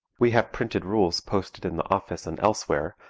we have printed rules posted in the office and elsewhere,